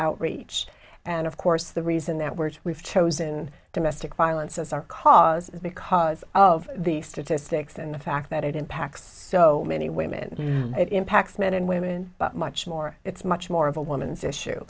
outreach and of course the reason that we're we've chosen domestic violence as our cause is because of the statistics and the fact that it impacts so many women it impacts men and women but much more it's much more of a woman's issue